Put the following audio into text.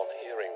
hearing